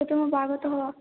प्रथमभागतः